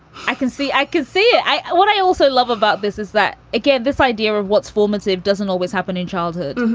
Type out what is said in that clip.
i can see i can see it. what i also love about this is that, again, this idea of what's formants it doesn't always happen in childhood.